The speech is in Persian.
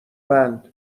بند